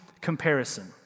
comparison